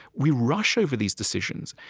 we rush over these decisions.